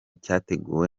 cyateguwe